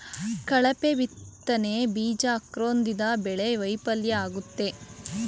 ಕಳಪೆ ಬಿತ್ತನೆ ಬೀಜ ಹಾಕೋದ್ರಿಂದ ಬೆಳೆ ವೈಫಲ್ಯ ಆಗುತ್ತೆ